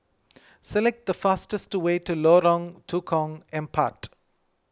select the fastest way to Lorong Tukang Empat